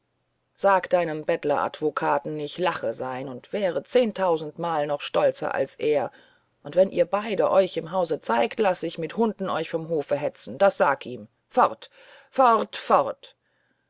sag deinem bettleradvokaten ich lachte sein und wäre zehntausendmal noch stolzer als er und wenn ihr beide euch im hause zeigt laß ich mit hunden euch vom hofe hetzen das sag ihm fort fort fort